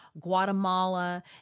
Guatemala